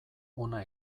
hona